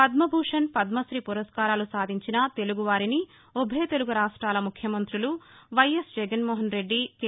పద్మభూషణ్ పద్మశీ పురస్కారాలు సాధించిన తెలుగువారిని ఉభయ తెలుగురాష్టాల ముఖ్యమంతులు వైఎస్ జగన్మోహన్రెడ్డి కె